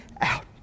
out